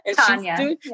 Tanya